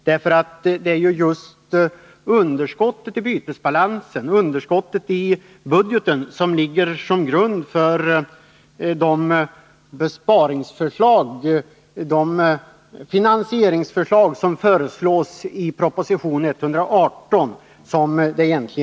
Det är just underskottet i bytesbalansen och underskottet i budgeten som ligger till grund för besparingsförslagen och finansieringsförslagen i proposition 118, som vi nu behandlar.